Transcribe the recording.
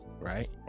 right